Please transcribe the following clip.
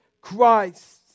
Christ